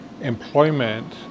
employment